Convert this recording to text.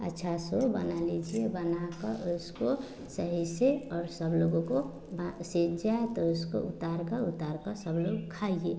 अच्छा सा बना लीजिए बनाकर उसको सही से और सब लोगों को ब सीज जाए तो उसको उतारकर उतारकर सब लोग खाइए